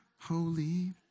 holy